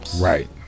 right